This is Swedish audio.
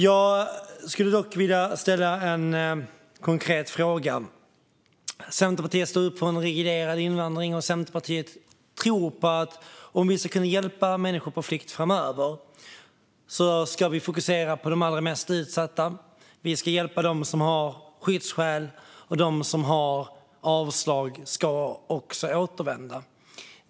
Jag skulle dock vilja ställa en konkret fråga. Centerpartiet står upp för en reglerad invandring och tror att om vi ska kunna hjälpa människor på flykt framöver ska vi fokusera på de allra mest utsatta. Vi ska hjälpa dem som har skyddsskäl, och de som får avslag ska återvända.